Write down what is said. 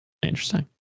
interesting